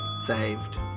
saved